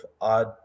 odd